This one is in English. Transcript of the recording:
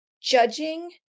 judging